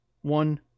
one